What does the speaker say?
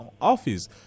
office